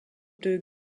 deux